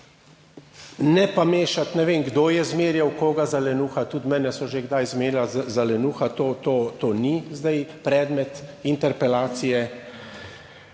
Ne pa mešati, ne vem, kdo je zmerjal koga za lenuha, tudi mene so že kdaj zmenili za lenuha, to ni zdaj predmet interpelacije.